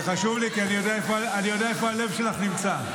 זה חשוב לי, כי אני יודע איפה הלב שלך נמצא.